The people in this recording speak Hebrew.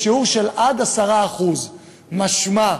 בשיעור של עד 10%. משמע,